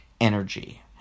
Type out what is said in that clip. energy